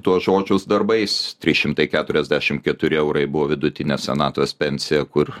tuos žodžius darbais trys šimtai keturiasdešimt keturi eurai buvo vidutinė senatvės pensija kur